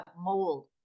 mold